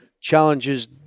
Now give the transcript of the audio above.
challenges